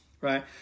right